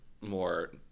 more